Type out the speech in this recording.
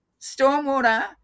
stormwater